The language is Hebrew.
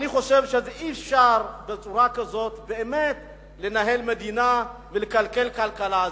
אני חושב שאי-אפשר בצורה כזאת באמת לנהל מדינה ולכלכל כלכלה,